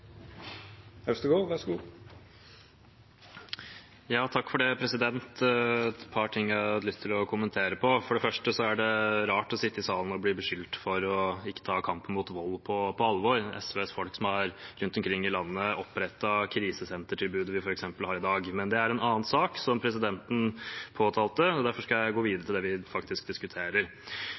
Øvstegård har hatt ordet to gonger tidlegare og får ordet til ein kort merknad, avgrensa til 1 minutt. Det er et par ting jeg har lyst til å kommentere. For det første er det rart å sitte i salen og bli beskyldt for ikke å ta kampen mot vold på alvor. SV-folk rundt omkring i landet har f.eks. opprettet krisesentertilbudet vi har i dag. Men det er en annen sak, som presidenten påtalte, og derfor skal jeg gå videre til det vi faktisk diskuterer.